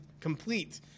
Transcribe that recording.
complete